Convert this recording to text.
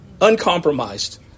uncompromised